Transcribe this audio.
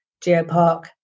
geopark